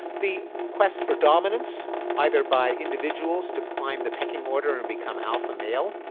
the quest for dominance either by individuals, to climb the pecking order and become alpha male,